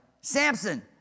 Samson